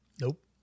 Nope